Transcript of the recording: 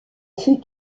fut